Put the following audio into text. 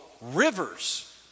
rivers